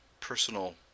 personal